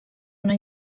una